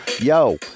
Yo